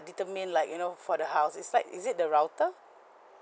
determine like you know for the house is like is it the router